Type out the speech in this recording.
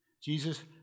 Jesus